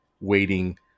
waiting